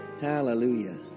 Hallelujah